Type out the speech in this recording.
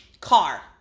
car